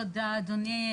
תודה אדוני.